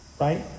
Right